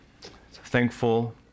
Thankful